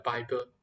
Bible